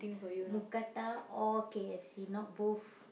mookata or K_F_C not both